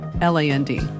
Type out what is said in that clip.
L-A-N-D